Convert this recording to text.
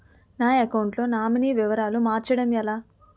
నా అకౌంట్ లో నామినీ వివరాలు మార్చటం ఎలా?